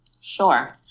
Sure